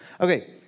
Okay